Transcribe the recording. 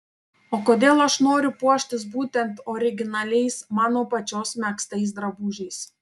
o kodėl aš noriu puoštis būtent originaliais mano pačios megztais drabužiais